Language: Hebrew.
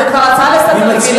זו כבר הצעה רגילה לסדר-היום.